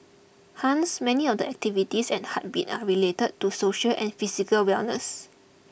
hence many of the activities at Heartbeat are related to social and physical wellness